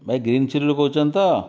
ଭାଇ ଗ୍ରୀନ ଚିଲ୍ଲିରୁ କହୁଛନ୍ତି ତ